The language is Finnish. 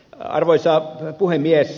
arvoisa puhemies